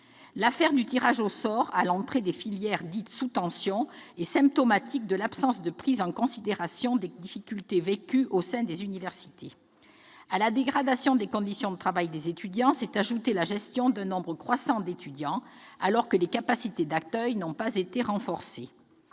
L'affaire du tirage au sort à l'entrée des filières dites « sous tension » est symptomatique de l'absence de prise en considération des difficultés vécues au sein des universités. À la dégradation de leurs conditions de travail, s'est ajoutée la gestion d'un nombre croissant d'étudiants, alors que les capacités d'accueil n'ont pas été renforcées.